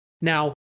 Now